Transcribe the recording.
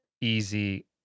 easy